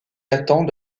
datant